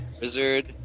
wizard